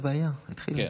כן,